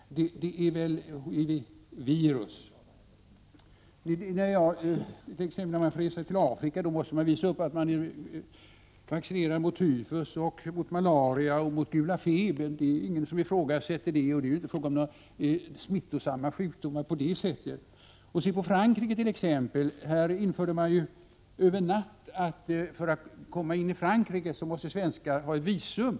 Om man reser till Afrika måste man visa upp intyg på att man är vaccinerad mot tyfus, mot malaria och mot gula febern. Det är ingen som ifrågasätter det, och då är det i dessa fall inte fråga om smittsamma sjukdomar på samma sätt som aids är det. I Frankrike, för att ta ett annat exempel, införde man över en natt bestämmelsen att svenskar för att få komma in i Frankrike måste ha visum.